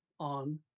On